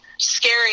scary